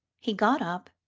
he got up,